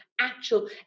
actual